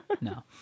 No